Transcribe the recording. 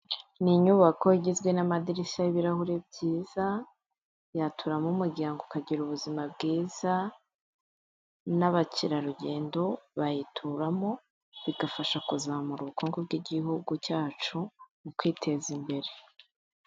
Ni inyubako igizwe n'amadirishya y'ibirahure byiza, yaturamo umuryango ukagira ubuzima bwiza, n'abakerarugendo bayituramo, bigafasha kuzamura ubukungu bw'igihugu cyacu, mu kwiteza imbere.